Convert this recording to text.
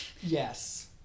yes